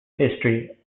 history